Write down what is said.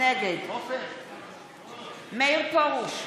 נגד מאיר פרוש,